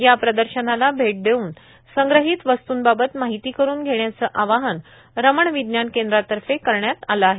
या प्रदर्शनाला भेट देवून संग्रहित वस्तूंबाबत माहिती करून घेण्याचं आवाहन रमण विज्ञान केंद्रातर्फे करण्यात आलं आहे